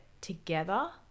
together